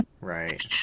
right